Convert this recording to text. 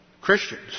Christians